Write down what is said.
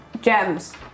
gems